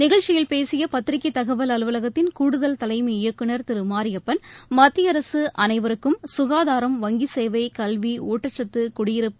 நிகழ்ச்சியில் பேசிய பத்திரிகை தகவல் அலுவலகத்தின் கூடுதல் தலைமை இயக்குநர் திரு ஈ மாரியப்பன் மத்திய அரசு அனைவருக்கும் சுகாதாரம் வங்கி சேவை கல்வி ஊட்டச்சத்து குடியிருப்பு